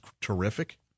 terrific